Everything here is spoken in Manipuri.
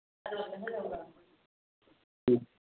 ꯎꯝ